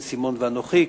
בן-סימון ואנוכי,